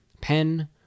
pen